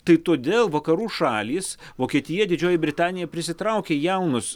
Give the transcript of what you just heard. tai todėl vakarų šalys vokietija didžioji britanija prisitraukė jaunus